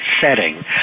setting